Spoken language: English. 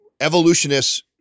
evolutionists